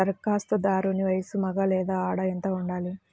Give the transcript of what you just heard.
ధరఖాస్తుదారుని వయస్సు మగ లేదా ఆడ ఎంత ఉండాలి?